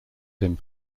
him